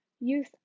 youth